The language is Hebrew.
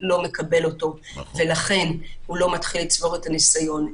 לא מקבל ולכן הוא לא מתחיל לצבור ניסיון.